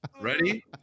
Ready